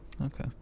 Okay